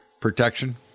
protection